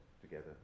together